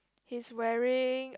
he's wearing